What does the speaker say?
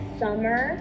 summer